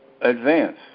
advance